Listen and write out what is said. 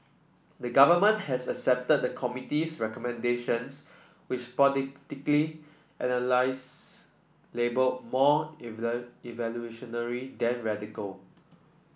the government has accepted the committee's recommendations which analyse labelled more evolutionary than radical